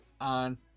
on